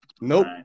Nope